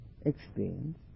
experience